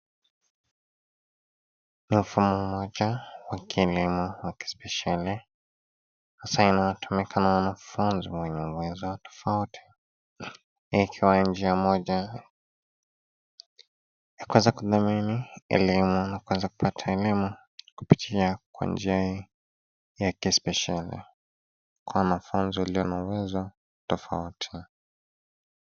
Ni mfumo mmoja wa kielemu wa kispesheli hasaa inayotumika na wanafunzi wenye uwezo tofauti, hii ikiwa njia moja ya kuweza kudhamini elimu na kuweza kupata elimu kupitia kwa njia hii ya kispesheli kwa mafunzo iliyo na uwezo tofauti.